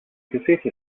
cassette